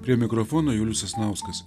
prie mikrofono julius sasnauskas